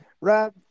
Rob